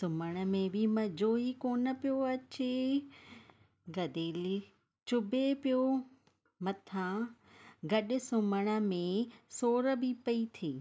सुम्हण में बि मज़ो ई कोन पियो अचे गदिली चुभे पियो मथां गॾु सुम्हण में सोढ़ बि पई थिए